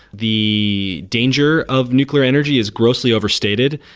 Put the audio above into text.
the danger of nuclear energy is grossly overstated.